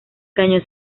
cañón